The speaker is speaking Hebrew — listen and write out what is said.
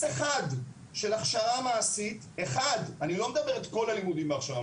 אחד של הכשרה מעשית אחד אני לא מדבר על כל הלימודים בהכשרה